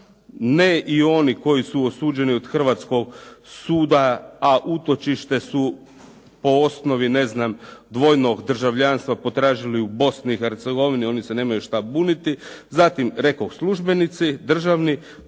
ne i oni koji su osuđeni od hrvatskog suda, a utočište su po osnovi dvojnog državljanstva potražili u Bosni i Hercegovini, oni se nemaju što buniti, zatim rekoh službenici državni.